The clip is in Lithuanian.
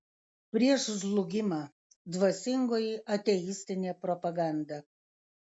prieš žlugimą dvasingoji ateistinė propaganda